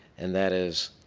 and that is,